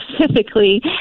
specifically